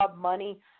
money